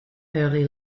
early